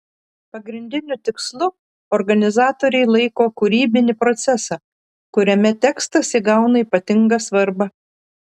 pagrindiniu tikslu organizatoriai laiko kūrybinį procesą kuriame tekstas įgauna ypatingą svarbą